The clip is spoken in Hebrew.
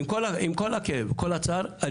עם כל הכאב והצער,